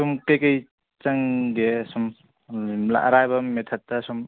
ꯁꯨꯝ ꯀꯩꯀꯩ ꯆꯪꯒꯦ ꯁꯨꯝ ꯑꯔꯥꯏꯕ ꯃꯦꯊꯠꯇ ꯁꯨꯝ